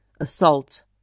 assault